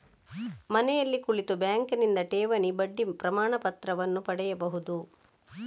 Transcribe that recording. ಮನೆಯಲ್ಲಿ ಕುಳಿತು ಬ್ಯಾಂಕಿನಿಂದ ಠೇವಣಿ ಬಡ್ಡಿ ಪ್ರಮಾಣಪತ್ರವನ್ನು ಪಡೆಯಬಹುದು